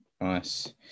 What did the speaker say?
nice